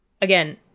Again